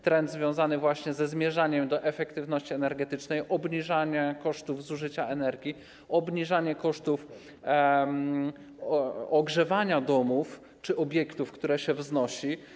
Ten trend związany jest właśnie ze zmierzaniem do poprawy efektywności energetycznej, obniżaniem kosztów zużycia energii, obniżaniem kosztów ogrzewania domów czy obiektów, które się wznosi.